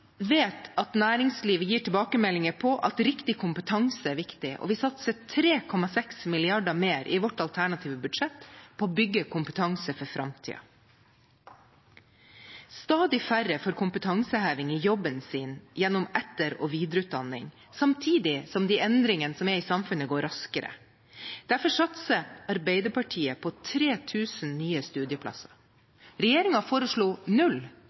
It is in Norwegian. vet at næringslivet gir tilbakemeldinger om at riktig kompetanse er viktig, og vi satser 3,6 mrd. mer i vårt alternative budsjett på å bygge kompetanse for framtiden. Stadig færre får kompetanseheving i jobben sin gjennom etter- og videreutdanning samtidig som de endringene som er i samfunnet, går raskere. Derfor satser Arbeiderpartiet på 3 000 nye studieplasser. Regjeringen foreslo null